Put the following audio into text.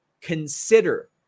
Consider